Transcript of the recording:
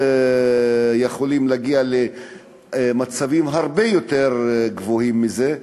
הם יכולים להגיע להישגים הרבה יותר גבוהים מזה,